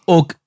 Och